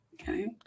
Okay